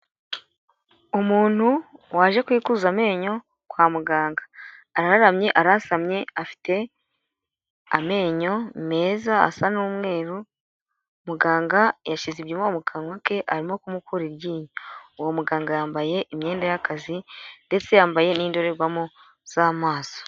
Umuntu waje kwikuza amenyo kwa muganga. Arararamye, arasamye afite amenyo meza asa n'umweru, muganga yashyize ibyuma mu kanwa ke, arimo kumukura iryinyo. Uwo muganga yambaye imyenda y'akazi ndetse yambaye n'indorerwamo z'amaso.